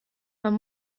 man